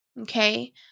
Okay